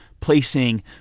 placing